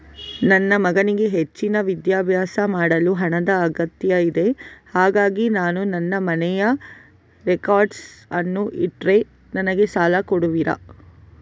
ನನ್ನ ಮಗನಿಗೆ ಹೆಚ್ಚಿನ ವಿದ್ಯಾಭ್ಯಾಸ ಮಾಡಲು ಹಣದ ಅಗತ್ಯ ಇದೆ ಹಾಗಾಗಿ ನಾನು ನನ್ನ ಮನೆಯ ರೆಕಾರ್ಡ್ಸ್ ಅನ್ನು ಇಟ್ರೆ ನನಗೆ ಸಾಲ ಕೊಡುವಿರಾ?